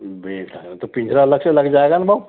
वो तो पिंजरा अलग से लग जायेगा न भाऊ